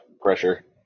pressure